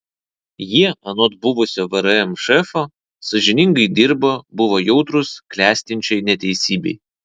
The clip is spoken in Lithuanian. jie anot buvusio vrm šefo sąžiningai dirbo buvo jautrūs klestinčiai neteisybei